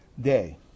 day